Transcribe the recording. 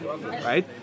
right